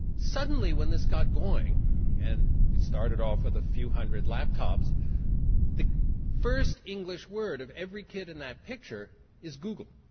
suddenly when this got going and it started off with a few hundred laptops the first english word of every kid in that picture is google,